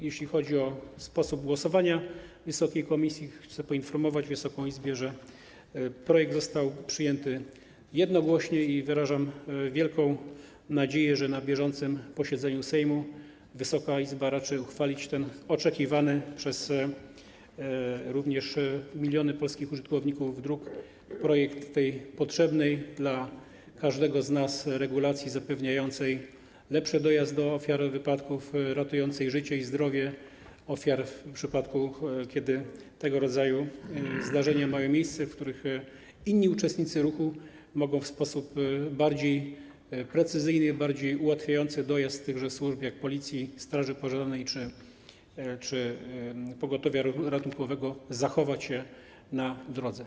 Jeśli chodzi o sposób głosowania wysokiej komisji, chcę poinformować Wysoką Izbę, że projekt został przyjęty jednogłośnie i wyrażam wielką nadzieję, że na bieżącym posiedzeniu Sejmu Wysoka Izba raczy uchwalić ten również oczekiwany przez miliony polskich użytkowników dróg projekt tej potrzebnej dla każdego z nas regulacji zapewniającej lepszy dojazd do ofiar wypadków, ratującej życie i zdrowie ofiar w przypadku, kiedy mają miejsce tego rodzaju zdarzenia, w których inni uczestnicy ruchu mogą w sposób bardziej precyzyjny, ułatwiający dojazd służb, jak Policji, straży pożarnej czy pogotowia ratunkowego, zachować się na drodze.